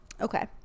okay